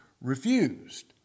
refused